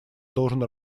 должен